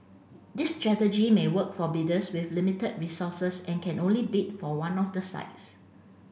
this strategy may work for bidders with limited resources and can only bid for one of the sites